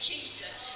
Jesus